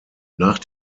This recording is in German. nach